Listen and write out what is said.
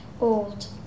old